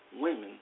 women